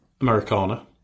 Americana